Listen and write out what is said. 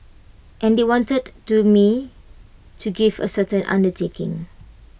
and they wanted to me to give A certain undertaking